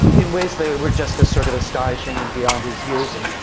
in ways they were just as sort of astonishing and beyond his years. and.